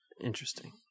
Interesting